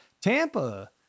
Tampa